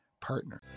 partner